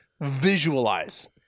visualize